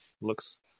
Looks